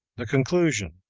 the conclusion,